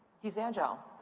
he's agile.